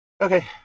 Okay